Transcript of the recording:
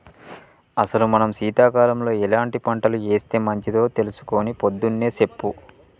అసలు మనం సీతకాలంలో ఎలాంటి పంటలు ఏస్తే మంచిదో తెలుసుకొని పొద్దున్నే సెప్పు